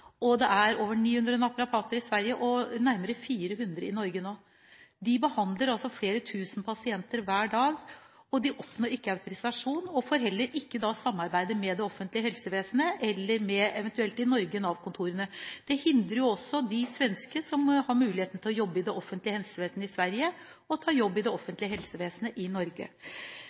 Det er over 900 naprapater i Sverige og nærmere 400 i Norge nå. De behandler flere tusen pasienter hver dag, og de oppnår ikke autorisasjon og får heller ikke samarbeide med det offentlige helsevesenet eller med Nav-kontorene i Norge. Det hindrer de svenskene som har muligheten til å jobbe i det offentlige helsevesenet i Sverige, i å ta jobb i det offentlige helsevesenet i Norge.